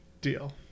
Deal